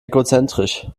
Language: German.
egozentrisch